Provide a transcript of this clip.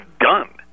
done